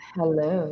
Hello